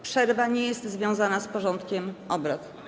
Przerwa nie jest związana z porządkiem obrad.